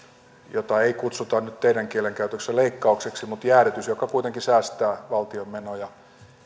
jota ei kutsuta nyt teidän kielenkäytössänne leikkaukseksi jäädytys tulee joka kuitenkin säästää valtion menoja